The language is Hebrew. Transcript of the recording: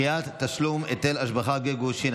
דחיית תשלום היטל השבחה אגב גירושין),